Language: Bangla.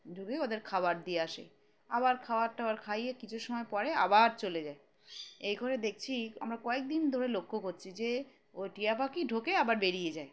ঢুকে ওদের খাবার দিয়ে আসে আবার খাবার টাবার খাইয়ে কিছু সময় পরে আবার চলে যায় এই করে দেখছি আমরা কয়েকদিন ধরে লক্ষ্য করছি যে ওই টিয়া পাখি ঢুকে আবার বেরিয়ে যায়